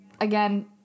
again